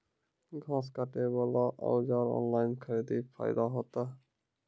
घास काटे बला औजार ऑनलाइन खरीदी फायदा होता?